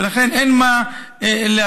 ולכן, אין מה להשוות.